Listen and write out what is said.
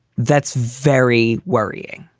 that's very worrying.